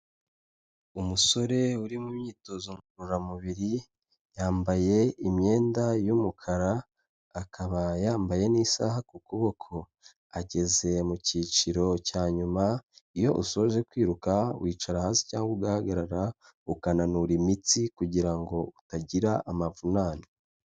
Umusore uri mu myitozo ngororamubiri; yambaye imyenda y'umukara, akaba yambaye n'isaha ku kuboko, ageze mu cyiciro cya nyuma, iyo usoje kwiruka wicara hasi cyangwa ugahagarara ukananura imitsi kugira ngo utagira amavunane.